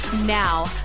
Now